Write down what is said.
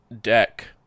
deck